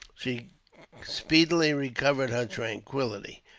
she speedily recovered her tranquillity.